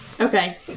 Okay